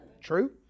True